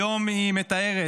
היום היא מתארת,